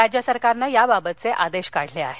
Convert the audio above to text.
राज्य सरकारने याबाबतचे आदेश काढले आहेत